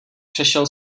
přešel